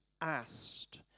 asked